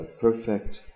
perfect